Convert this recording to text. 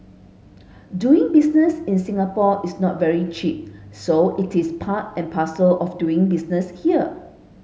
doing business in Singapore is not very cheap so it is part and parcel of doing business here